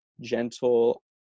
gentle